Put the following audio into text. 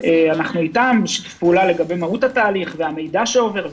אנחנו אתם בשיתוף פעולה לגבי ההליך והמידע שעובר,